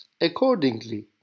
accordingly